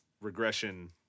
regression